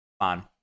on